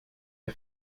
der